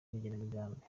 n’igenamigambi